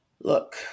Look